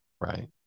right